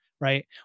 Right